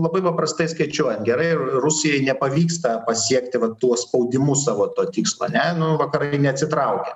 labai paprastai skaičiuojant gerai rusijai nepavyksta pasiekti va tuo spaudimu savo to tikslo ane nu vakarai neatsitraukia